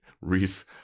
Reese